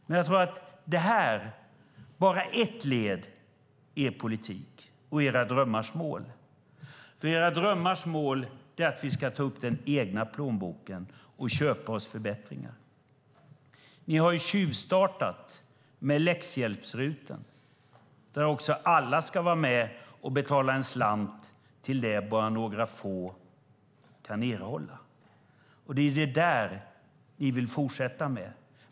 Men jag tror att det här bara är ett av leden i er politik och era drömmars mål. Era drömmars mål är nämligen att vi ska ta upp den egna plånboken och köpa oss förbättringar. Ni har tjuvstartat med RUT för läxhjälp, där alla ska vara med och betala en slant till det som endast några få kan erhålla. Det är det där ni vill fortsätta med.